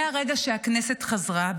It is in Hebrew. מהרגע שהכנסת חזרה,